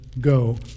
go